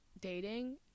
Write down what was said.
dating